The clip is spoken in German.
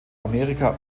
amerika